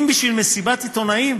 אם בשביל מסיבת עיתונאים